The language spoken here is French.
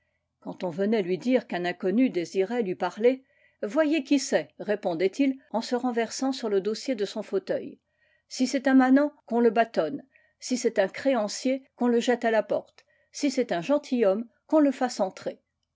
quand on venait lui dire qu'un inconnu désirait lui parler voyez qui c'est répondait-il en se renversant sur le dossier de son fauteuil si c'est un manant qu'on le bâtonne si c'est un créancier qu'on le jette à la porte si cest un gentilhomme qu'on le fasse entrer